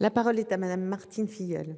la parole est à madame Martine Filleul.